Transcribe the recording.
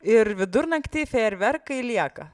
ir vidurnaktį fejerverkai lieka